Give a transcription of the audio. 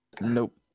Nope